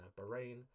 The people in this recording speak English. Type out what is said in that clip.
Bahrain